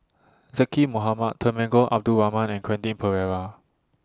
Zaqy Mohamad Temenggong Abdul Rahman and Quentin Pereira